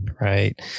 right